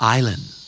Island